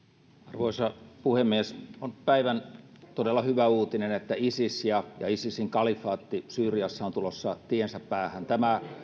arvoisa puhemies on päivän todella hyvä uutinen että isis ja ja isisin kalifaatti syyriassa on tulossa tiensä päähän tämä